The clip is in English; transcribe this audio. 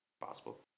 Possible